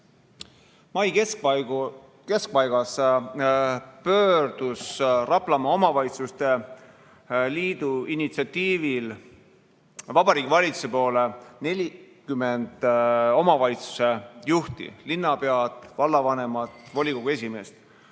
Mai keskpaigas pöördus Raplamaa Omavalitsuste Liidu initsiatiivil Vabariigi Valitsuse poole 40 omavalitsusjuhti – linnapead, vallavanemad ja volikogu esimehed